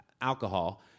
alcohol